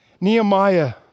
Nehemiah